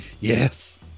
yes